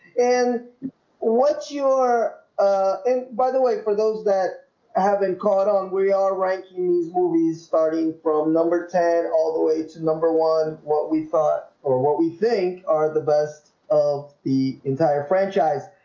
and what's your and by the way for those that i have been caught on we are right use movies starting from number ten all the way to number one what we thought or what we think are the best of the entire franchise